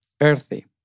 earthy